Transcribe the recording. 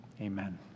Amen